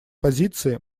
позиции